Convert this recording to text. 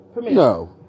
No